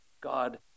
God